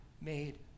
made